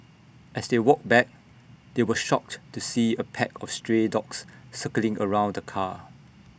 as they walked back they were shocked to see A pack of stray dogs circling around the car